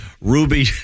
Ruby